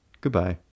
Goodbye